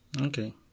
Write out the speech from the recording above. Okay